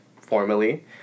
formally